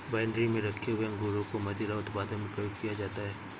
winery में रखे हुए अंगूरों को मदिरा उत्पादन में प्रयोग किया जाता है